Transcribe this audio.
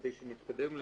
כדי שנתקדם למסקנות,